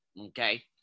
Okay